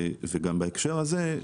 בהקשר הזה,